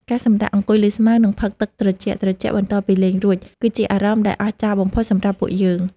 ការសម្រាកអង្គុយលើស្មៅ និងផឹកទឹកត្រជាក់ៗបន្ទាប់ពីលេងរួច គឺជាអារម្មណ៍ដែលអស្ចារ្យបំផុតសម្រាប់ពួកយើង។